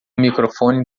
microfone